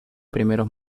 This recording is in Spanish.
primeros